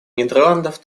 нидерландов